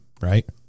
right